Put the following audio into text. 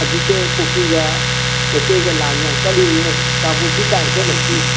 ꯍꯧꯖꯤꯛꯁꯦ ꯀꯨꯀꯤꯒ ꯃꯩꯇꯩꯒ ꯂꯥꯜ ꯌꯥꯝ ꯀꯜꯂꯤꯃꯤꯅ ꯀꯥꯡꯄꯣꯛꯄꯤ ꯇꯥꯟꯅ ꯆꯠꯂꯗꯤ